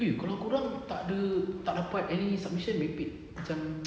eh kalau korang tak ada tak ada prac lagi submission merepek macam